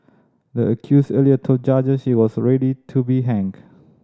the accused earlier told judges she was ready to be hanged